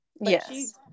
Yes